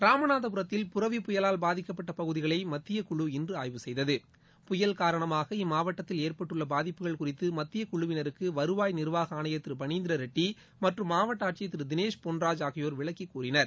ராமநாதபுரத்தில் புரவி புயலால் பாதிக்கப்பட்ட பகுதிகளை மத்தியக் குழு இன்று ஆய்வு செய்தது புயல் காரணமாக இம்மாவட்டத்தில் ஏற்பட்டுள்ள பாதிப்புகள் குறித்து மத்தியக் குழுவினருக்கு வருவாய் நிர்வாக ஆணையர் திரு பணீந்தரரெட்டி மற்றும் மாவட்ட ஆட்சியர் திரு தினேஷ் பொன்ராஜ் ஆகியோர் விளக்கி கூறினர்